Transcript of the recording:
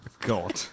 God